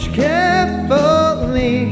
carefully